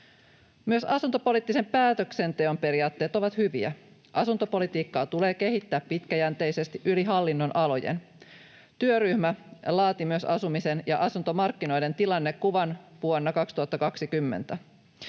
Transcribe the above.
Myös asuntopoliittisen päätöksenteon periaatteet ovat hyviä. Asuntopolitiikkaa tulee kehittää pitkäjänteisesti yli hallinnonalojen. Työryhmä laati myös asumisen ja asuntomarkkinoiden tilannekuvan vuonna 2020.